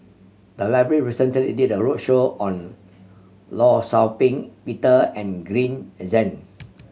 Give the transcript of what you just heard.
the library recently did a roadshow on Law Shau Ping Peter and Green Zeng